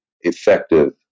effective